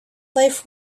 life